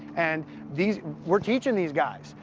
and these we're teaching these guys.